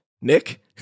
Nick